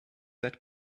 that